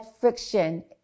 friction